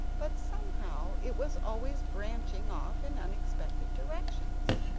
but somehow it was always branching off in unexpected directions.